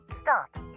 Stop